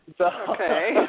Okay